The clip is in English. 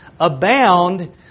Abound